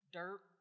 dirt